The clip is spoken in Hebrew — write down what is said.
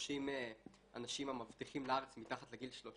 ה-30 אנשים המבטיחים בארץ מתחת לגיל 30